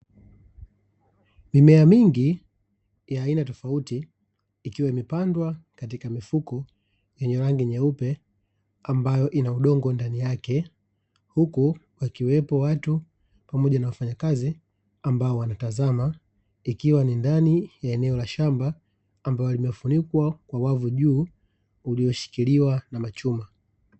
Mimea mingi ya aina tofauti ikiwa imepandwa katika mifuko yenye rangi nyeupe, ambayo ina udongo ndani yake, huku wakiwepo watu pamoja na wafanyakazi ambao wanatazama, ikiwa ni ndani ya eneo la shamba, ambalo limefunikwa kwa wavu juu, ulioshikiliwa na machuma.